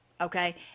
Okay